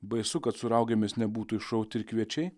baisu kad su raugėmis nebūtų išrauti ir kviečiai